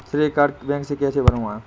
श्रेय card bank से कैसे बनवाएं?